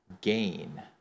gain